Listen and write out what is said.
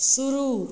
शुरू